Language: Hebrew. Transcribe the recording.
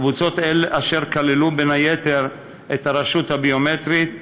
קבוצות אשר כללו, בין היתר, את הרשות הביומטרית,